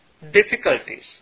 difficulties